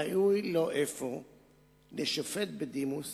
ראוי לו אפוא לשופט בדימוס